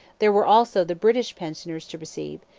there were also the british prisoners to receive,